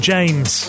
James